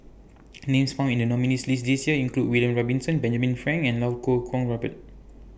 Names found in The nominees' list This Year include William Robinson Benjamin Frank and Lau Kuo Kwong Robert